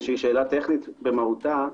טכנית במהותה: